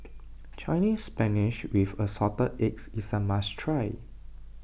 Chinese Spinach with Assorted Eggs is a must try